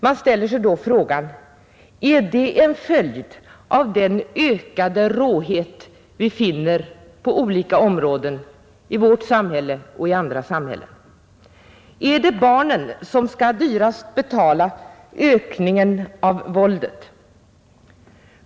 Man ställer sig då frågan: Är det en följd av den ökade råhet som vi finner på olika områden i vårt samhälle och i andra samhällen? Är det barnen som skall dyrast betala ökningen av våldet?